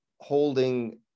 holding